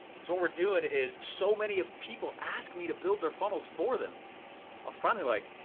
so what we're doing is, so many of people ask me to build their funnels for them, i was finally like,